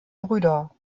brüder